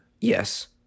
Yes